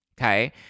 okay